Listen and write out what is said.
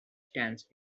stands